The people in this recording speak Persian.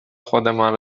خودمان